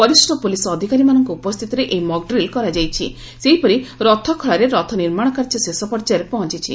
ବରିଷ୍ ପୁଲିସ୍ ଅଧିକାରୀମାନଙ୍କ ଉପସ୍ଥିତିରେ ଏହି ମକ୍ ଡ୍ରିଲ୍ କରାଯାଇଛି ସେହିପରି ରଥଖଳାରେ ରଥ ନିର୍ମାଣ କାର୍ଯ୍ୟ ଶେଷ ପର୍ଯ୍ୟାୟରେ ପହଞ୍ଚଚଚ